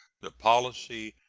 the policy,